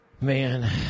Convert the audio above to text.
Man –